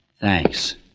Thanks